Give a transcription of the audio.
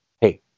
Hey